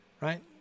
right